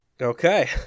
Okay